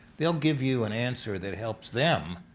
they'll give you an answer that helps them,